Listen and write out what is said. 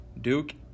Duke